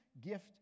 gift